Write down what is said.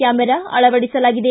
camera ಅಳವಡಿಸಲಾಗಿದೆ